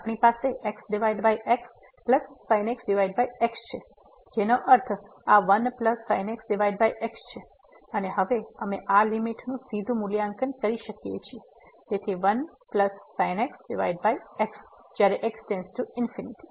તેથી આપણી પાસે xxsin x x છે જેનો અર્થ આ 1sin x x છે અને હવે અમે આ લીમીટ નું સીધુ મૂલ્યાંકન કરી શકીએ છીએ તેથી 1sin x x તેથી જ્યારે x →∞